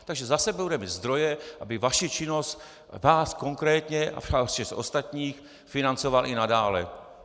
Takže zase bude mít zdroje, aby vaši činnost, vás konkrétně a všech ostatních, financoval i nadále.